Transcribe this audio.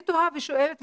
אני תוהה ושואלת,